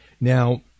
Now